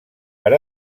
per